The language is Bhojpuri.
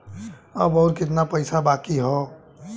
अब अउर कितना पईसा बाकी हव?